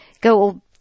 go